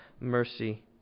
mercy